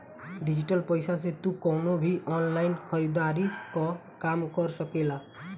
digital पईसा से तू कवनो भी ऑनलाइन खरीदारी कअ काम कर सकेला